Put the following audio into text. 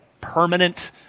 permanent